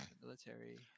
military